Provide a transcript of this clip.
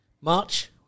March